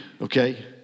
okay